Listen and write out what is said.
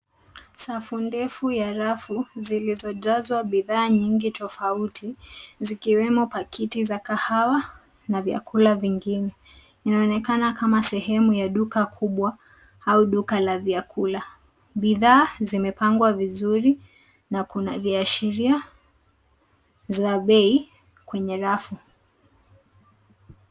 Safu ndefu ya rafu zilizojazwa bidhaa nyingi tofauti zikiwemo pakiti za kahawa na vyakula vingine. Inaonekana kama sehemu ya duka kubwa au duka la vyakula. Bidhaa zimepangwa vizuri na kuna viashiria za bei kwenye rafu.